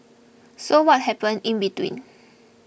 so what happened in between